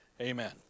Amen